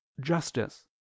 justice